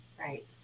right